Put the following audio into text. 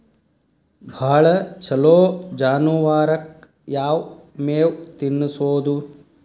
ಭಾಳ ಛಲೋ ಜಾನುವಾರಕ್ ಯಾವ್ ಮೇವ್ ತಿನ್ನಸೋದು?